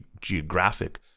geographic